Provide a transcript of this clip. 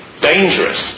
dangerous